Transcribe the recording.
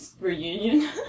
reunion